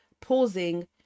pausing